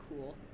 cool